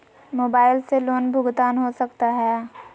Mobile से loan भुगतान हो सकता है?